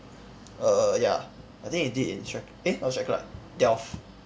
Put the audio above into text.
err ya I think he did in eh